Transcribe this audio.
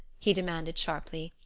he demanded sharply.